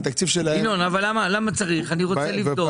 ינון, אני רוצה לפתור את זה.